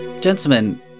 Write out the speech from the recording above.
Gentlemen